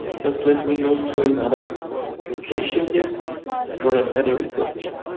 just let me go to location here for a better reception.